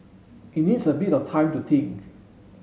it needs a bit of time to think